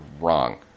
wrong